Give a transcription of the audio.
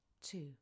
two